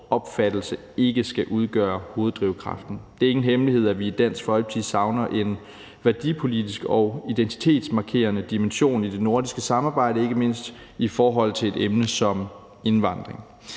opfattelse ikke skal udgøre hoveddrivkraften her. Det er ingen hemmelighed, at vi i Dansk Folkeparti savner en værdipolitisk og identitetsmarkerende dimension i det nordiske samarbejde, ikke mindst i forhold til et emne som indvandring.